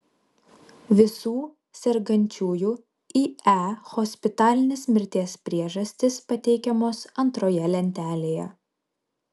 visų sergančiųjų ie hospitalinės mirties priežastys pateikiamos antroje lentelėje